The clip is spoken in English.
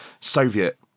Soviet